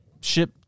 ship